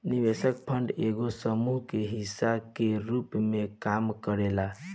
निवेश फंड एगो समूह के हिस्सा के रूप में काम करेला